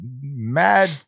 mad